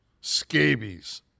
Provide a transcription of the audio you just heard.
scabies